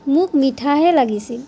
মোক মিঠা হে লাগিছিল